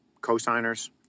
Co-signers